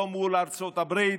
לא מול ארצות הברית